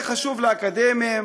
זה חשוב לאקדמאים,